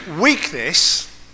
weakness